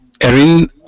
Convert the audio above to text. Erin